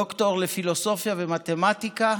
דוקטור לפילוסופיה ומתמטיקה